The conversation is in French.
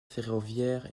ferroviaire